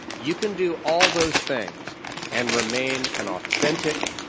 you can do all those things and remain an authentic,